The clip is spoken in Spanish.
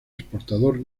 exportador